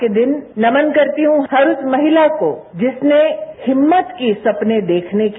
आज के दिन नमन करती हूं हर उस महिला को जिसने हिम्मत की सपने देखने की